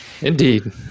Indeed